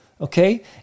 okay